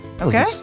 Okay